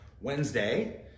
Wednesday